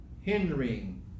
Hindering